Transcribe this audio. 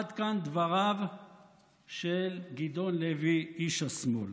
עד כאן דבריו של גדעון לוי, איש השמאל.